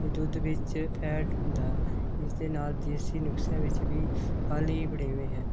ਦੁੱਧ ਵਿੱਚ ਫੈਟ ਹੁੰਦਾ ਇਸਦੇ ਨਾਲ ਦੇਸੀ ਨੁਸਖਿਆਂ ਵਿੱਚ ਵੀ ਖਲ੍ਹ ਹੀ ਵੜੇਵੇਂ ਹੈ